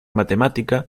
matemática